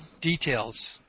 details